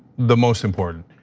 the most important,